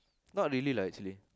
not really lah actually